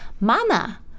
mama